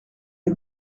une